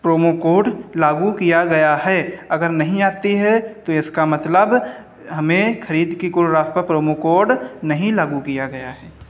promo code लागू किया गया है अगर नहीं आती है तो इसका मतलब हमें खरीद की कुल राशि पर प्रोमो कोड नहीं लागू किया गया है